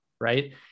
right